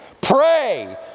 Pray